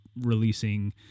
releasing